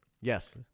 yes